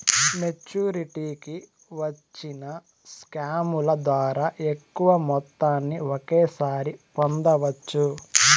మెచ్చురిటీకి వచ్చిన స్కాముల ద్వారా ఎక్కువ మొత్తాన్ని ఒకేసారి పొందవచ్చు